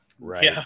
Right